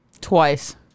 Twice